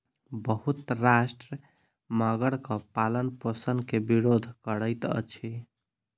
बहुत राष्ट्र मगरक पालनपोषण के विरोध करैत अछि